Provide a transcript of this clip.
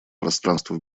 пространства